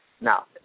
Now